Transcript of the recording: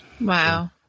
Wow